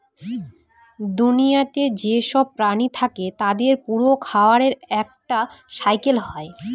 দুনিয়াতে যেসব প্রাণী থাকে তাদের পুরো খাবারের একটা সাইকেল হয়